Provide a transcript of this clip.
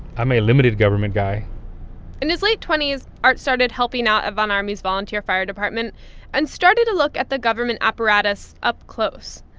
um limited government guy in his late twenty s, art started helping out at von ormy's volunteer fire department and started to look at the government apparatus up close.